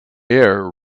air